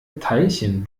teilchen